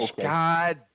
god